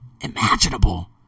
Imaginable